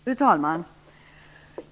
Fru talman!